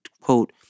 quote